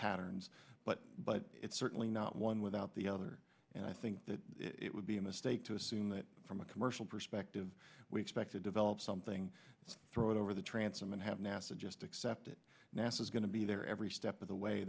patterns but but it's certainly not one without the other and i think that it would be a mistake to assume that from a commercial perspective we expect to develop something throw it over the transom and have nasa just accept it nasa is going to be there every step of the way